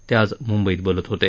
ते आज मुंबईत बोलत होते